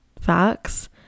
facts